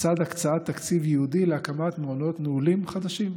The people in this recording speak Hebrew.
לצד הקצאת תקציב ייעודי להקמת מעונות נעולים חדשים,